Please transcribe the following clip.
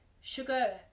Sugar